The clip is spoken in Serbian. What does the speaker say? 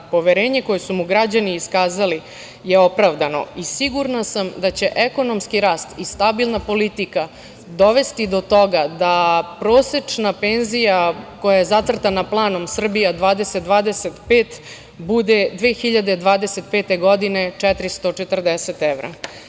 Poverenje koje su mu građani iskazali je opravdano i sigurna sam da će ekonomski rast i stabilna politika dovesti do toga da prosečna penzija koja je zacrtana planom Srbija 2025 bude 2025. godine 440 evra.